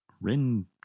Ren